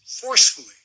forcefully